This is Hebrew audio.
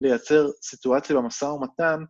‫ליצר סיטואציה במשא ומתן.